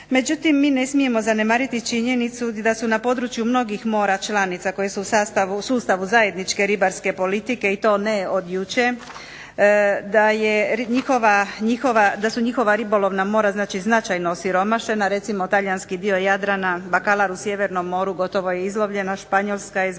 Međutim, mi ne smijemo zanemariti činjenicu da su na području mnogih mora članica koje su u sustavu zajedničke ribarske politike i to ne od jučer, da su njihova ribolovna mora značajno osiromašena. Recimo talijanski dio Jadrana, bakalar u Sjevernom moru gotovo je izlovljen, a Španjolska je zbog